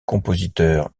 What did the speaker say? compositeur